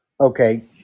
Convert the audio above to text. okay